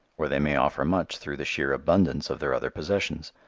or they may offer much through the sheer abundance of their other possessions.